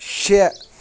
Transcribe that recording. شیٚے